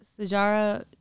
Sajara